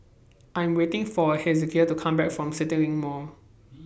I'm waiting For Hezekiah to Come Back from CityLink Mall